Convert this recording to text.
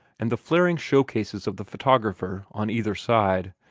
and the flaring show-cases of the photographer on either side,